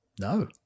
No